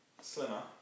slimmer